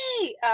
hey